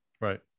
Right